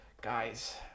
guys